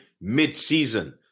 mid-season